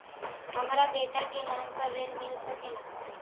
हमरा बेटा के नाम पर ऋण मिल सकेला?